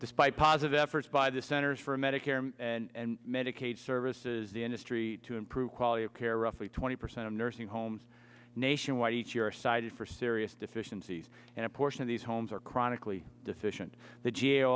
despite positive efforts by the centers for medicare and medicaid services industry to improve quality of care roughly twenty percent of nursing homes nationwide each year cited for serious deficiencies and a portion of these homes are chronically deficient the